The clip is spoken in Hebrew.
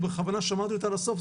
ובכוונה שמרתי אותה לסוף,